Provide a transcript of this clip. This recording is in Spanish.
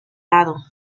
lado